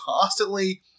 constantly